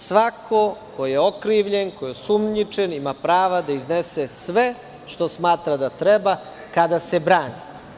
Svako ko je okrivljen, ko je osumnjičen ima prava da iznese sve što smatra da treba kada se brani.